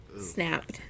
snapped